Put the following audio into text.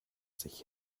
sich